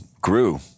grew